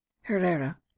Herrera